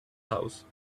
house